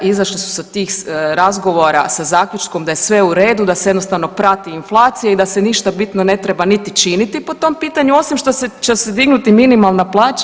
Izašli su sa tih razgovora sa zaključkom da je sve u redu, da se jednostavno prati inflacija i da se ništa bitno ne treba niti činiti po tom pitanju, osim što će se dignuti minimalna plaća.